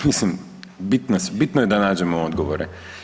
Mislim, bitno je da nađemo odgovore.